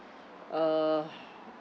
uh